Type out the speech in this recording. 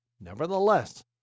Nevertheless